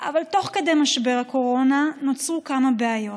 אבל תוך כדי משבר הקורונה נוצרו כמה בעיות,